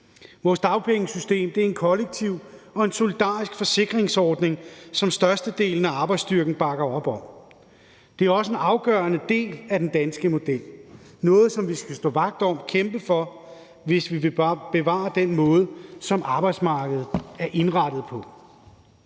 Vores dagpengesystem er en kollektiv og solidarisk forsikringsordning, som størstedelen af arbejdsstyrken bakker op om. Det er også en afgørende del af den danske model – noget, som vi skal stå vagt om, kæmpe for, hvis vi vil bevare den måde, som arbejdsmarkedet er indrettet på.